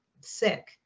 sick